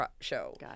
show